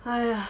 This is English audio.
!haiya!